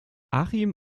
achim